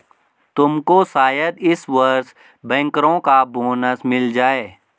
तुमको शायद इस वर्ष बैंकरों का बोनस मिल जाए